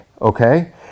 okay